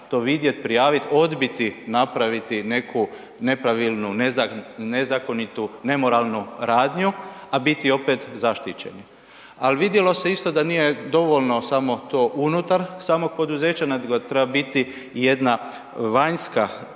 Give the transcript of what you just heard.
to vidjeti, prijaviti, odbiti napraviti neku nepravilnu, nezakonitu, nemoralnu radnju, a biti opet zaštićeni. Ali, vidjelo se isto da nije dovoljno samo to unutar samog poduzeća nego treba biti jedna vanjska